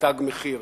"תג מחיר".